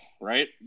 Right